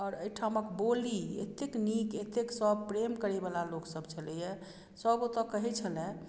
आओर एहिठामक बोली एतेक नीक एतेक सब प्रेम करै वला लोक सब छलैया सब ओतय कहै छलाह